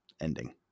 ending